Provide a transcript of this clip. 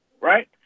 right